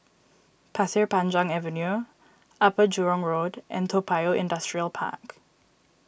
Pasir Panjang Avenue Upper Jurong Road and Toa Payoh Industrial Park